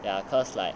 ya cause like